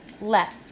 left